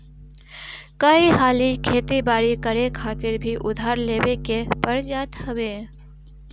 कई हाली खेती बारी करे खातिर भी उधार लेवे के पड़ जात हवे